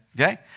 Okay